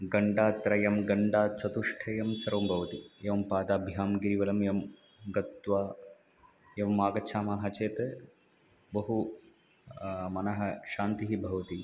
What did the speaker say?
घण्टात्रयं घण्टाचतुष्टयं सर्वं भवति एवं पादाभ्यां गिरिवलम् एवं गत्वा एवम् आगच्छामः चेत् बहु मनः शान्तिः भवति